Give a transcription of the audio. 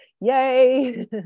yay